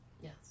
Yes